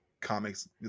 comics